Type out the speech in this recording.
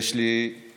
יש לי העונג,